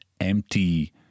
empty